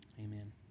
Amen